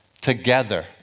together